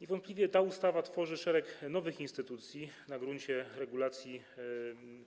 Niewątpliwie ta ustawa tworzy szereg nowych instytucji na gruncie regulacji